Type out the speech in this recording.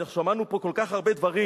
אנחנו שמענו פה כל כך הרבה דברים.